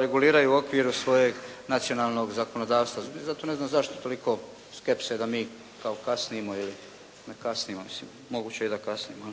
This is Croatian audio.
reguliraju u okviru svojeg nacionalnog zakonodavstva. Zato ne znam zašto toliko skepse da mi kao kasnimo ili ne kasnimo. Mislim, moguće je i da kasnimo